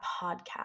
podcast